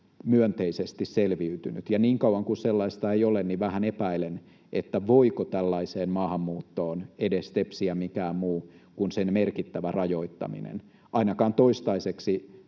myönteisesti selviytynyt. Ja niin kauan kuin sellaista ei ole, niin vähän epäilen, voiko tällaiseen maahanmuuttoon edes tepsiä mikään muu kuin sen merkittävä rajoittaminen. Ainakaan toistaiseksi